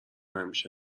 همیشه